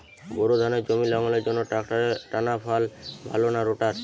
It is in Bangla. বোর ধানের জমি লাঙ্গলের জন্য ট্রাকটারের টানাফাল ভালো না রোটার?